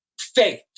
faith